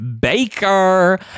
Baker